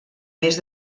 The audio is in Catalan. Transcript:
més